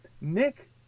Nick